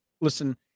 listen